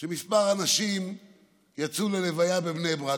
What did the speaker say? כמה אנשים יצאו ללוויה בבני ברק,